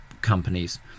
companies